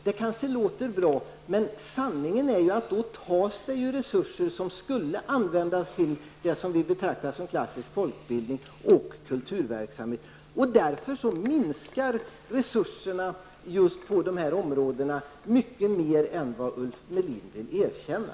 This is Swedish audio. Det kanske låter bra, men sanningen är ju att man då till det tar resurser som annars skulle användas till det som vi betraktar som klassisk folkbildning och kurserverksamhet. Därför minskar resurserna på just de områdena mycket mer än vad Ulf Melin vill erkänna.